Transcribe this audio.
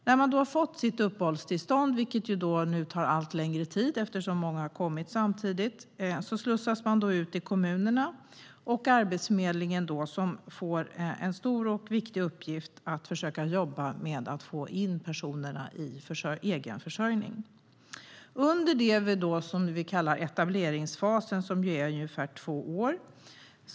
När man fått sitt uppehållstillstånd, vilket tar allt längre tid eftersom många har kommit samtidigt, slussas man ut i kommunerna och till Arbetsförmedlingen, som får en stor och viktig uppgift att försöka jobba med att få in personerna i egenförsörjning. Det vi kallar etableringsfasen är ungefär två år.